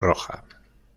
roja